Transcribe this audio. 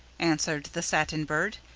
answered the satin bird,